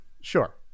Sure